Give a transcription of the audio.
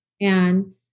And-